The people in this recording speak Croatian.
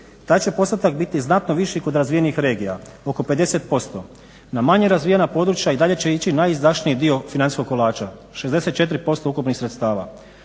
Taj će postotak biti znatno viši kod razvijenih regija, oko 50%. Na manje razvijena područja i dalje će ići najizdašniji dio financijskog kolača 64% ukupnih sredstava.